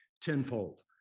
tenfold